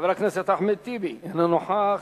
חבר הכנסת אחמד טיבי, אינו נוכח.